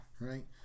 Right